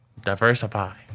diversify